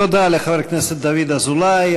תודה לחבר הכנסת דוד אזולאי.